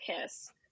kiss